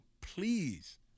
please